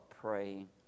praying